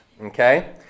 Okay